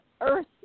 earth